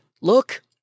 look